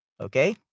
Okay